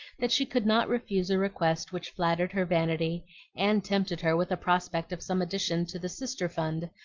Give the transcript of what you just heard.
that she could not refuse a request which flattered her vanity and tempted her with a prospect of some addition to the sister-fund,